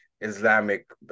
Islamic